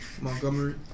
Montgomery